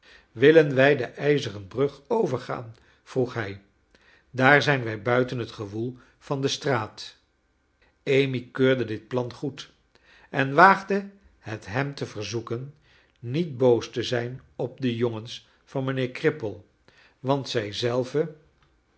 willen wij de ijzeren brug overgaan vroeg hij daar zijn wij buiten het gewoel van de straat amy keurde dit plan goed en waagde het hem te verzoeken niet boos te zijn op de jongens van mijnheer cripple want zij zeive